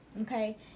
okay